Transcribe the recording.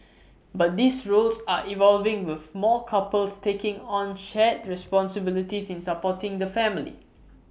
but these roles are evolving with more couples taking on shared responsibilities in supporting the family